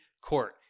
court